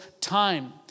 time